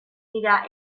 dira